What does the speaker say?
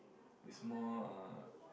it's more uh